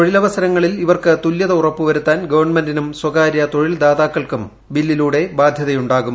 തൊഴിലവസരങ്ങളിൽ ഇവർക്ക് തുല്യത ഉറപ്പുവരുത്താൻ ഗവൺമെന്റിനും സ്വകാര്യ തൊഴിൽദാതാക്കൾക്കും ബില്ലിലൂടെ ബാധ്യതയുണ്ടാകും